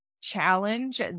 challenge